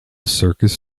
circus